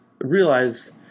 realize